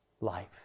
life